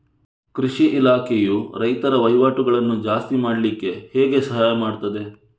ಕೃಷಿ ಇಲಾಖೆಯು ರೈತರ ವಹಿವಾಟುಗಳನ್ನು ಜಾಸ್ತಿ ಮಾಡ್ಲಿಕ್ಕೆ ಹೇಗೆ ಸಹಾಯ ಮಾಡ್ತದೆ?